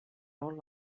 old